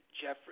Jeffrey